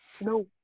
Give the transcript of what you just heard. No